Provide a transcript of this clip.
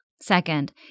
Second